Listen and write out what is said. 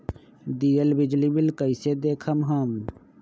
दियल बिजली बिल कइसे देखम हम?